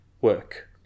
work